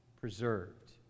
preserved